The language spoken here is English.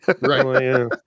Right